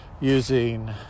using